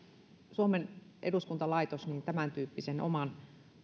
suomen eduskuntalaitos tämäntyyppisen oman